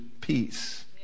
peace